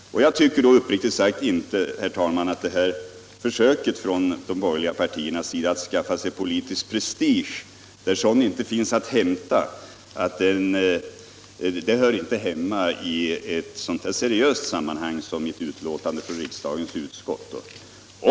Jag tycker uppriktigt sagt att detta försök av de borgerliga partierna att skaffa sig politisk prestige där sådan inte finns att hämta inte hör hemma i ett så seriöst sammanhang som när det gäller ett betänkande från ett riksdagens utskott.